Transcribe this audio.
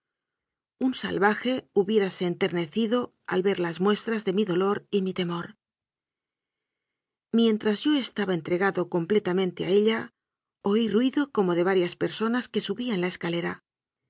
un salvaje hubiérase enternecido al ver las muestras de mi dolor y mi temor mientras yo estaba entregado completamente a ella oí ruido como de varias personas que subían la escalera